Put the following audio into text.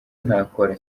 ntakora